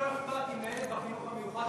לי לא אכפת אם לילד בחינוך המיוחד,